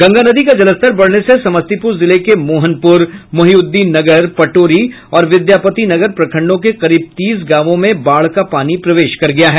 गंगा नदी का जलस्तर बढ़ने से समस्तीपुर जिले के मोहनपुर मोहीउद्वीननगरपटोरी और विधापतिनगर प्रखंडों के करीब तीस गांवों में बाढ़ का पानी प्रवेश कर गया है